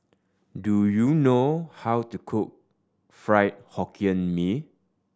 do you know how to cook Fried Hokkien Mee